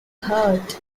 heart